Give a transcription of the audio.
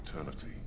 eternity